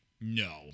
no